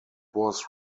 was